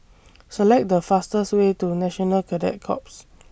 Select The fastest Way to National Cadet Corps